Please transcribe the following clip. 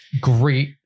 great